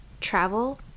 travel